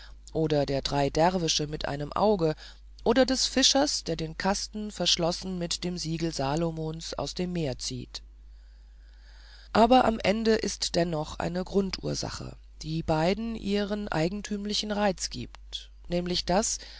oder der drei derwische mit einem aug oder des fischers der den kasten verschlossen mit dem siegel salomos aus dem meer zieht aber am ende ist es dennoch eine grundursache die beiden ihren eigentümlichen reiz gibt nämlich das